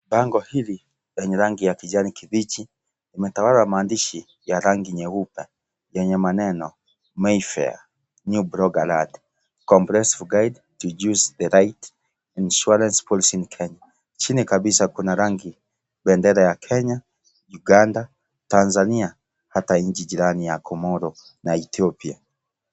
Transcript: Bango hili lenye rangi ya kijani kibichi limetawala maandishi ya rangi nyeupe yenye maneno (cs) Mayfair new blog alert comprehensive guide to choose the right insurance policy in Kenya (cs) chini kabisa Kuna rangi bendera ya Kenya Uganda Tanzania na hata nchi jirani ya Comoro na Ethiopia .